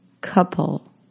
couple